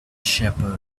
shepherd